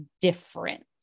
different